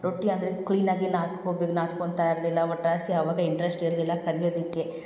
ರೊಟ್ಟಿ ಅಂದರೆ ಕ್ಲೀನಾಗಿ ನಾದ್ಕೋ ಬೆ ನಾದ್ಕೋತ ಇರಲಿಲ್ಲ ಒಟ್ರಾಸಿ ಅವಾಗ ಇಂಟ್ರೆಸ್ಟ್ ಇರಲಿಲ್ಲ ಕಲ್ಯೋದಕ್ಕೆ